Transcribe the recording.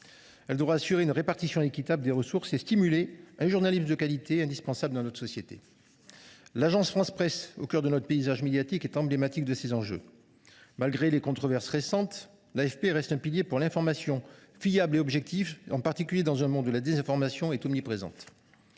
Elle devra assurer une répartition équitable des ressources et stimuler un journalisme de qualité indispensable dans notre société. Au cœur de notre paysage médiatique, l’Agence France Presse (AFP) est emblématique de ces enjeux. Malgré les controverses récentes, elle reste un pilier de l’information fiable et objective, en particulier dans un monde où la désinformation est omniprésente.